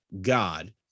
god